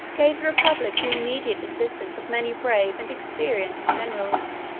gave the republic the immediate assistance of many brave and experienced generals.